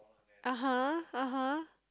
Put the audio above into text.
(uh huh) (uh huh)